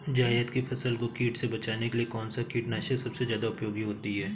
जायद की फसल को कीट से बचाने के लिए कौन से कीटनाशक सबसे ज्यादा उपयोगी होती है?